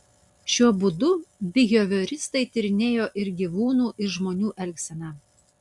šiuo būdu bihevioristai tyrinėjo ir gyvūnų ir žmonių elgseną